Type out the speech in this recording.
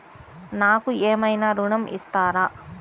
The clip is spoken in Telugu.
నాకు ఏమైనా ఋణం ఇస్తారా?